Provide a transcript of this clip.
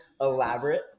elaborate